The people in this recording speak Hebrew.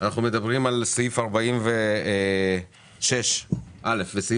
אנחנו מדברים על סעיף 46(א) לפקודת מס הכנסה